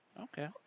Okay